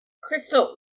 Crystal